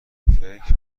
فکر